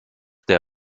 der